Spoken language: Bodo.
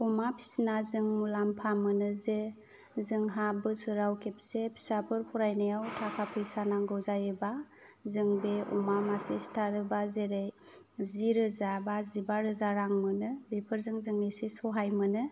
अमा फिसिना जों मुलाम्फा मोनो जे जोंहा बोसोराव खेबसे फिसाफोर फरायनायाव थाखा फैसाफोर नांगौ जायोब्ला जों बे अमा मासे सिथारोब्ला जेरै जि रोजा बा जिबा रोजा रां मोनो बेफोरजों जों एसे सहाय मोनो